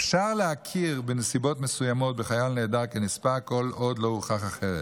אפשר להכיר בנסיבות מסוימות בחייל נעדר כנספה כל עוד לא הוכח אחרת.